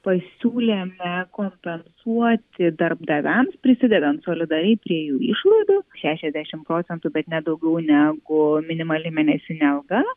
pasiūlėme kompensuoti darbdaviams prisidedant solidariai prie jų išvadų šešiasdešim procentų bet ne daugiau negu minimali mėnesinė alga